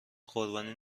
قربانی